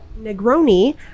Negroni